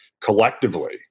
collectively